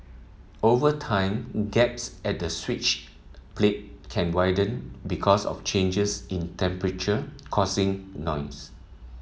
over time gaps at the switch plate can widened because of changes in temperature causing noise